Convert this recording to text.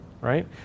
right